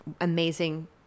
amazing